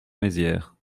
mézières